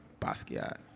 basquiat